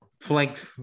flanked